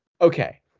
Okay